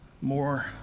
more